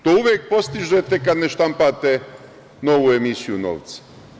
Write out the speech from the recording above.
To uvek postižete kad ne štampate novu emisiju novca.